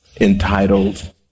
entitled